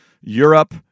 Europe